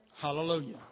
Hallelujah